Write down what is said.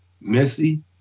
Missy